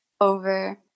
over